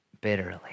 bitterly